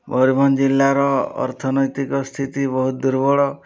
ମୟୂରଭଞ୍ଜ ଜିଲ୍ଲାର ଅର୍ଥନୈତିକ ସ୍ଥିତି ବହୁତ ଦୁର୍ବଳ